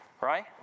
Right